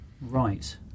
Right